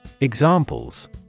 Examples